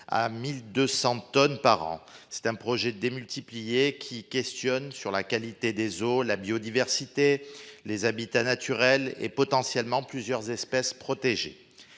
à 1200 tonnes par an. C'est un projet démultiplier qui questionne sur la qualité des eaux, la biodiversité les habitats naturels et potentiellement plusieurs espèces protégées